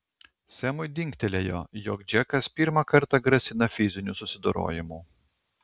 semui dingtelėjo jog džekas pirmą kartą grasina fiziniu susidorojimu